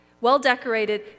well-decorated